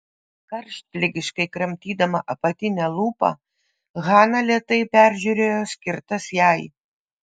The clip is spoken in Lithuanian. karštligiškai kramtydama apatinę lūpą hana lėtai peržiūrėjo skirtas jai